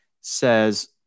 says